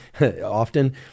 often